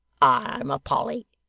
i'm a polly,